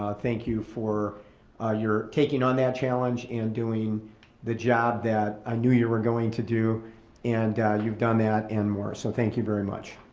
ah thank you for ah taking on that challenge and doing the job that i knew you were going to do and you've done that and more so thank you very much.